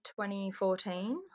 2014